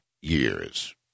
years